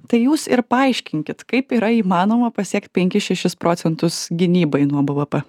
tai jūs ir paaiškinkit kaip yra įmanoma pasiekt penkis šešis procentus gynybai nuo bvp